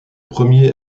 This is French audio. premier